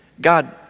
God